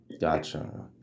Gotcha